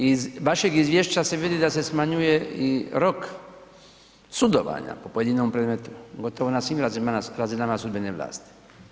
Iz vašeg izvješća se vidi da se smanjuje i rok sudovanja po pojedinom predmetu, gotovo na svim razinama sudbene vlasti.